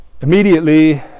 Immediately